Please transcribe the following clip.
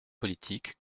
politique